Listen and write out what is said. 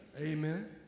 Amen